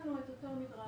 שמנו את אותו מדרג.